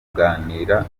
kuganira